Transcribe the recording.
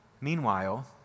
Meanwhile